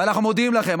ואנחנו מודים לכם.